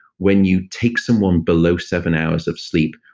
when you take someone below seven hours of sleep,